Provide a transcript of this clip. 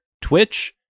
Twitch